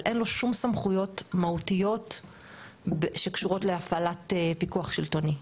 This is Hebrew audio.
אבל אין לו שום סמכויות מהותיות שקשורות להפעלת פיקוח שלטוני.